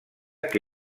que